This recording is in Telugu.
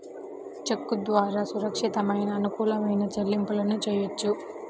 చెక్కు ద్వారా సురక్షితమైన, అనుకూలమైన చెల్లింపులను చెయ్యొచ్చు